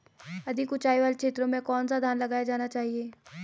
अधिक उँचाई वाले क्षेत्रों में कौन सा धान लगाया जाना चाहिए?